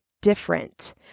different